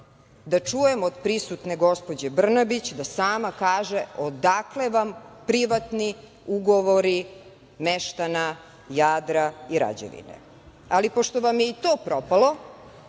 da čujem od prisutne gospođe Brnabić da sama kaže odakle vam privatni ugovori meštana Jadra i Rađevine. Ali, pošto vam je i to propalo,